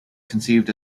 conceived